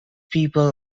people